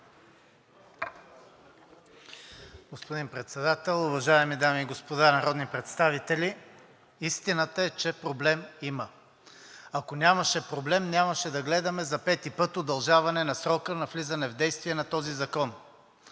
Господин Председател, уважаеми дами и господа народни представители! Истината е, че проблем има. Ако нямаше проблем, нямаше да гледаме за пети път удължаване срока на влизане в действие на този закон.